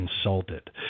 insulted